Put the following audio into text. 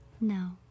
No